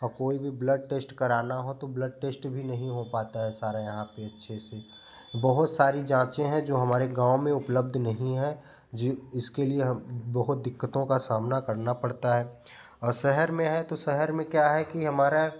और कोई भी ब्लड टेस्ट करना हो तो ब्लड टेस्ट भी नहीं हो पाता है सारा यहाँ पर अच्छे से बहुत सारी जाँचे है जो हमारे गाँव में उपलब्ध नहीं है जी इसके लिए हम बहुत दिक्कतों का सामना करना पड़ता है और शहर में है तो शहर में क्या है कि हमारा